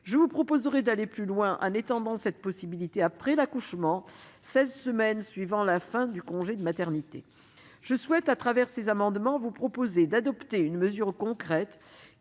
je vous proposerai d'aller plus loin, en étendant cette possibilité après l'accouchement, seize semaines suivant la fin du congé de maternité. Avec ces amendements, je vous proposerai d'adopter une mesure concrète